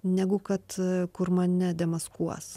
negu kad kur mane demaskuos